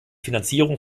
finanzierung